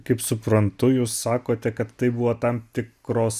kaip suprantu jūs sakote kad tai buvo tam tikros